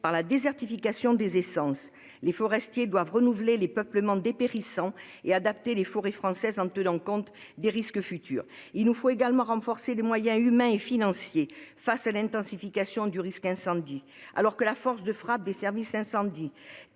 par la diversification des essences. Les forestiers doivent renouveler les peuplements dépérissants et adapter les forêts françaises en tenant compte des risques futurs. Il nous faut également renforcer les moyens humains et financiers face à l'intensification du risque incendie. Alors que la force de frappe des services d'incendie